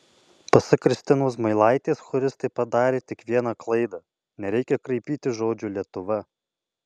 pasak kristinos zmailaitės choristai padarė tik vieną klaidą nereikia kraipyti žodžio lietuva